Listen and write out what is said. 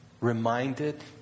reminded